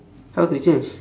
how to change